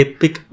Epic